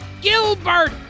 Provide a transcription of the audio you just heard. Gilbert